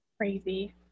Crazy